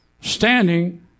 standing